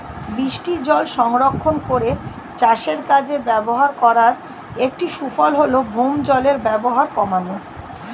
বৃষ্টিজল সংরক্ষণ করে চাষের কাজে ব্যবহার করার একটি সুফল হল ভৌমজলের ব্যবহার কমানো